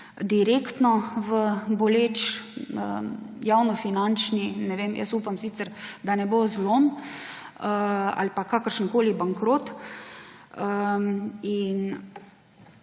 direktno v boleč javnofinančni, ne vem, jaz upam sicer, da ne bo zlom ali pa kakršenkoli bankrot.